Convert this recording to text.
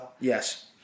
Yes